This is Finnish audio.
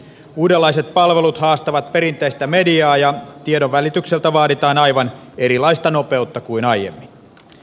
uudenlaiset palvelut haastavat perinteistä mediaa ja tiedonvälitykseltä vaaditaan aivan erilaista nopeutta kuin aiemmin